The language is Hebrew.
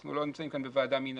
אנחנו לא נמצאים כאן בוועדה מנהלית.